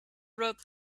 wrote